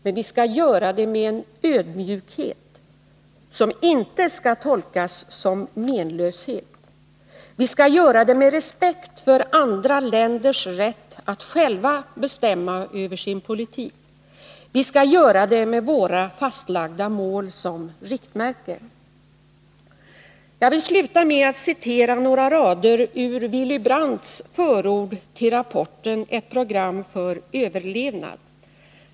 Men vi skall göra det med ödmjukhet som inte skall tolkas som menlöshet, vi skall göra det med respekt för andra länders rätt att själva bestämma över sin politik och vi skall göra det med våra fastlagda mål som riktmärke. Jag vill sluta med att citera några rader ur Willy Brandts förord till rapporten Ett program för överlevnad.